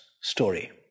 story